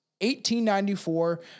1894